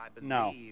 No